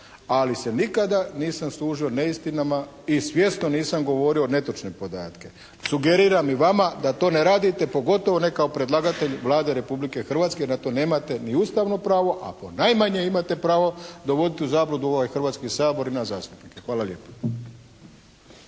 ali se nikada nisam služio neistinama i svjesno nisam govorio netočne podatke. Sugeriram i vama da to ne radite, pogotovo ne kao predlagatelj Vlade Republike Hrvatske, na to nemate ni ustavno pravo, a ponajmanje imate pravo dovoditi u zabludu ovaj Hrvatski sabor i nas zastupnike. Hvala lijepo.